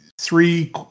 three